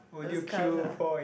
ah